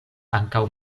ankaŭ